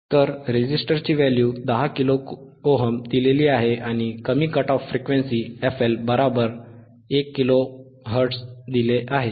तर resistor value 10 kilo ohm 10kΩ दिलेली आहे आणि कमी cut off frequency fL1 kilo hertz दिले आहे